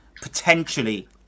potentially